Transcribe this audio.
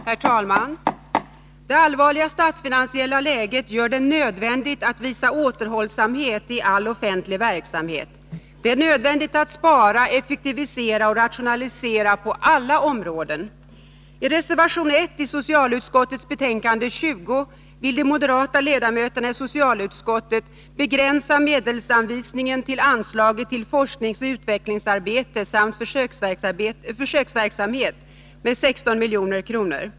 Herr talman! Det allvarliga statsfinansiella läget gör det nödvändigt att visa återhållsamhet i all offentlig verksamhet. Det är nödvändigt att spara, effektivisera och rationalisera på alla områden. I reservation 1 i socialutskottets betänkande 20 vill de moderata ledamöterna i socialutskottet begränsa medelsanvisningen till anslaget till Forskningsoch utvecklingsarbete samt försöksverksamhet med 16 milj.kr.